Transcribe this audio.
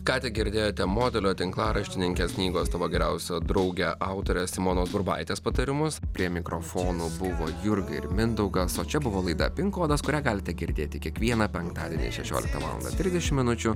ką tik girdėjote modelio tinklaraštininkės knygos tavo geriausia draugė autorės simonos burbaitės patarimus prie mikrofonų buvo jurga ir mindaugas o čia buvo laida pin kodas kurią galite girdėti kiekvieną penktadienį šešioliktą valandą trisdešim minučių